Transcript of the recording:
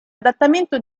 adattamento